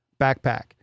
backpack